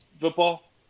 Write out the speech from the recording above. football